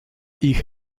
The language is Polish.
ich